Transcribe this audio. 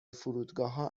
فرودگاهها